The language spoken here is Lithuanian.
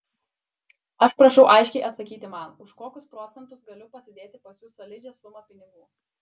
aš prašau aiškiai atsakyti man už kokius procentus galiu pasidėti pas jus solidžią sumą pinigų